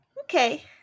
Okay